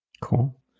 Cool